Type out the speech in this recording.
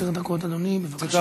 עשר דקות, אדוני, בבקשה.